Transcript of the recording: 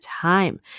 time